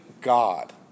God